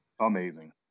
amazing